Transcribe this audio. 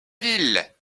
ville